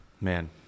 Man